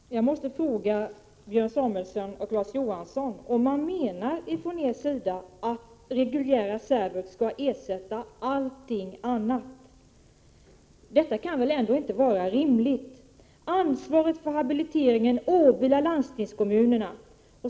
Herr talman! Jag måste fråga Björn Samuelson och Larz Johansson om de menar att reguljär särvux skall ersätta allting annat. Det kan väl inte vara rimligt. Ansvaret för habiliteringen åvilar landstingskommunerna.